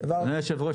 אדוני היושב-ראש,